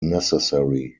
necessary